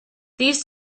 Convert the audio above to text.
these